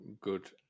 good